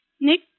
Nick